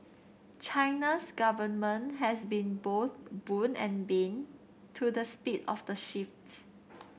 China's government has been both boon and bane to the speed of the shifts